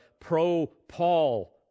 pro-Paul